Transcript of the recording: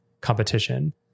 competition